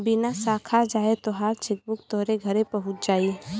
बिना साखा जाए तोहार चेकबुक तोहरे घरे पहुच जाई